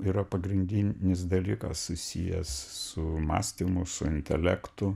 yra pagrindinis dalykas susijęs su mąstymu su intelektu